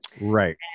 Right